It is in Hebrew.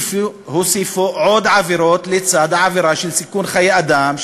הוסיפו עוד עבירות לצד העבירה של סיכון חיי אדם,